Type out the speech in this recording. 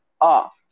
off